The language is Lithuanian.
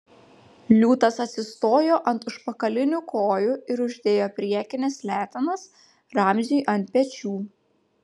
liūtas atsistojo ant užpakalinių kojų ir uždėjo priekines letenas ramziui ant pečių